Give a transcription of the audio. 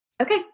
okay